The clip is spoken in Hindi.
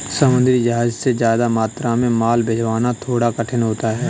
समुद्री जहाज से ज्यादा मात्रा में माल भिजवाना थोड़ा कठिन होता है